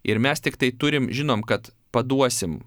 ir mes tiktai turim žinom kad paduosim